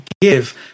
give